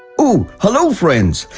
oh, hello friends!